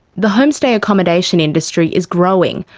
the homestay accommodation industry is growing,